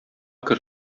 кер